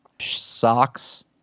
socks